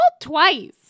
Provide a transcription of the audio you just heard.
twice